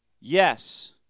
Yes